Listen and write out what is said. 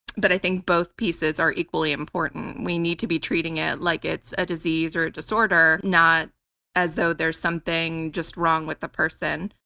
but i think both pieces are equally important. we need to be treating it like it's a disease or a disorder, not as though there's something just wrong with the person,